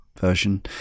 version